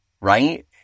right